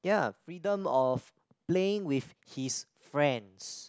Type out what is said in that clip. ya freedom of playing with his friends